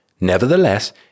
nevertheless